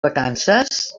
vacances